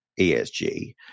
ESG